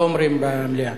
לא אומרים במליאה.